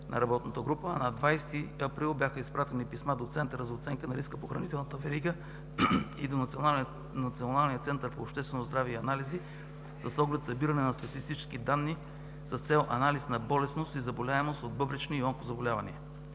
на работната група, а на 20 април бяха изпратени писма до Центъра за оценка на риска по хранителната верига и до Националния център по обществено здраве и анализи с оглед събиране на статистически данни, с цел анализ на болестност и заболяемост от бъбречни и онкозаболявания.